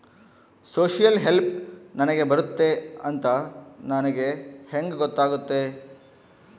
Social help ನನಗೆ ಬರುತ್ತೆ ಅಂತ ನನಗೆ ಹೆಂಗ ಗೊತ್ತಾಗುತ್ತೆ?